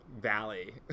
Valley